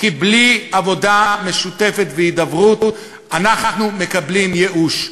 כי בלי עבודה משותפת והידברות אנחנו מקבלים ייאוש.